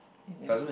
is damn f~